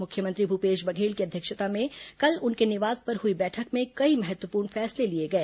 मुख्यमंत्री भूपेश बघेल की अध्यक्षता में कल उनके निवास पर हुई बैठक में कई महत्वपूर्ण फैसले लिए गए